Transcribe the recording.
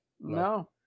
No